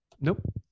Nope